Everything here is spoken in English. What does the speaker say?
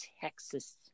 Texas